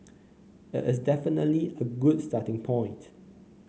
it is definitely a good starting point